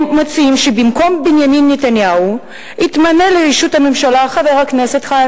הם מציעים שבמקום בנימין נתניהו יתמנה לראשות הממשלה חבר הכנסת חיים